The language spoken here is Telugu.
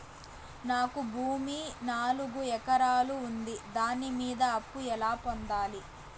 నాకు భూమి నాలుగు ఎకరాలు ఉంది దాని మీద అప్పు ఎలా పొందాలి?